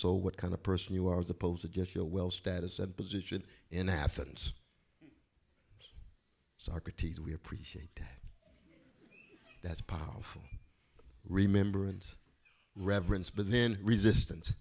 so what kind of person you are as opposed to just your well status and position in athens socrates we appreciate that powerful remember and reverence but then resistance